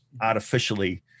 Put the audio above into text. artificially